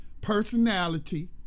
personality